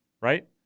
right